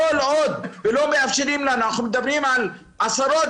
בכל אופן, אנחנו מדברים על קיבולת